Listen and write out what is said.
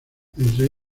entre